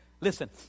Listen